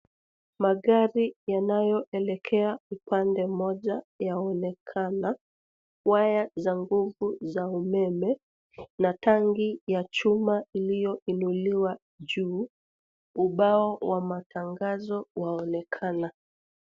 Magari yanayoelekea upande moja yaonekana. Waya za nguvu za umeme na tanki ya chuma iliyoinuliwa juu. Ubao wa matangazo waonekana.